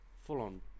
full-on